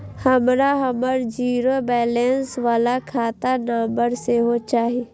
हमरा हमर zero balance बाला खाता के नम्बर सेहो चाही